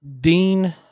Dean